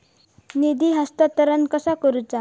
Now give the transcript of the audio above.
निधी हस्तांतरण कसा करुचा?